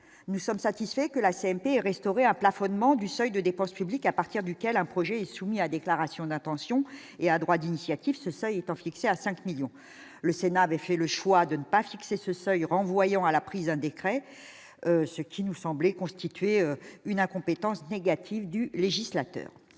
nous sommes satisfaits que la CMP et restaurer un plafonnement du seuil de dépenses publiques à partir duquel un projet et soumis à déclaration d'intention et un droit d'initiative ce seuil étant fixé à 5 millions le Sénat avait fait le choix de ne pas fixer ce seuil, renvoyant à la prise d'un décret, ce qui nous semblait constituer une incompétence négative du législateur